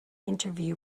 interview